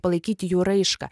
palaikyti jų raišką